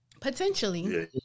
Potentially